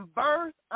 birth